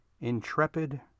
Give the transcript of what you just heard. intrepid